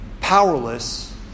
powerless